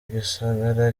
igisagara